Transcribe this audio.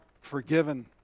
forgiven